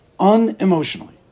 Unemotionally